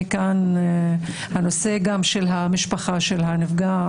מכאן הנושא גם של המשפחה של הנפגע,